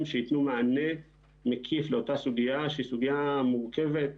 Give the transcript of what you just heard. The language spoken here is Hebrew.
שייתנו מענה מקיף לסוגיה שהיא סוגיה מורכבת,